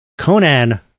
Conan